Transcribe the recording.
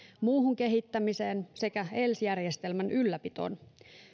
muuhun kehittämiseen sekä els järjestelmän ylläpitoon